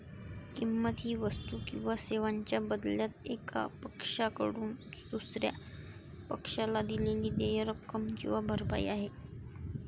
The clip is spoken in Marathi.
किंमत ही वस्तू किंवा सेवांच्या बदल्यात एका पक्षाकडून दुसर्या पक्षाला दिलेली देय रक्कम किंवा भरपाई आहे